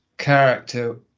character